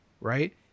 right